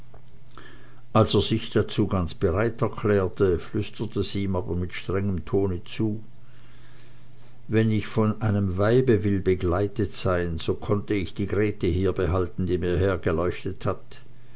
als er sich dazu ganz bereit erklärte flüsterte sie ihm aber mit strengem tone zu wenn ich von einem weibe will begleitet sein so konnte ich die grete hierbehalten die mir hergeleuchtet hat